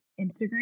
Instagram